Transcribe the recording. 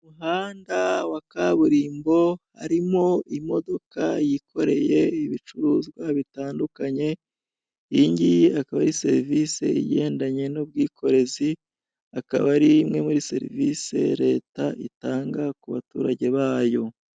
Umuhanda wa kaburimbo harimo imodoka yikoreye ibicuruzwa bitandukanye, iyingiye akaba ari serivisi igendanye n'ubwikorezi akaba ari imwe muri serivisi leta itanga ku baturage bayo.